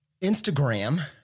Instagram